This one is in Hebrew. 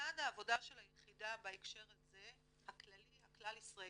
לצד העבודה של היחידה בהקשר הזה הכלל ישראלי,